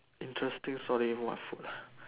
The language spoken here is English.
interesting story what food nah